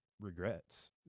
regrets